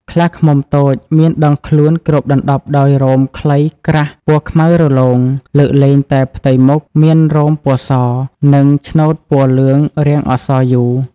ខ្លាឃ្មុំតូច មានដងខ្លួនគ្របដណ្តប់ដោយរោមខ្លីក្រាស់ពណ៌ខ្មៅរលោង លើកលែងតែផ្ទៃមុខមានរោមពណ៌ស និងឆ្នូតពណ៌លឿងរាងអក្សរ U)។